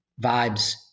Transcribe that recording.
vibes